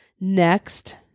next